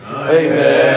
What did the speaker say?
Amen